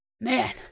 Man